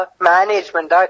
management